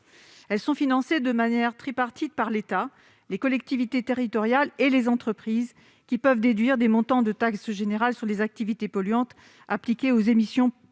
Elles sont financées de manière tripartite par l'État, les collectivités territoriales et les entreprises, qui peuvent déduire des montants de taxe générale sur les activités polluantes appliquée aux émissions polluantes